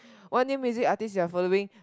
what name is this artist you are following